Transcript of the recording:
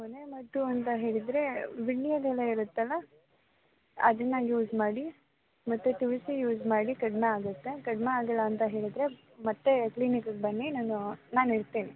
ಮನೆಮದ್ದು ಅಂತ ಹೇಳಿದರೆ ವೀಳ್ಯದೆಲೆ ಇರುತ್ತಲ್ಲ ಅದನ್ನ ಯೂಸ್ ಮಾಡಿ ಮತ್ತು ತುಳಸಿ ಯೂಸ್ ಮಾಡಿ ಕಡಿಮೆ ಆಗುತ್ತೆ ಕಡಿಮೆ ಆಗಿಲ್ಲ ಅಂತ ಹೇಳಿದರೆ ಮತ್ತೆ ಕ್ಲಿನಿಕ್ಗೆ ಬನ್ನಿ ನಾನು ನಾನು ಇರ್ತೇನೆ